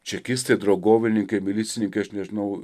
čekistai draugovininkai milicininkai aš nežinau